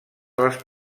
les